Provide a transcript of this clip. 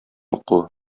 уку